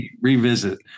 revisit